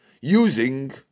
using